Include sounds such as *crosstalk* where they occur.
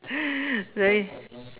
*breath* very